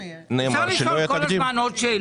אפשר לשאול כל הזמן עוד שאלות.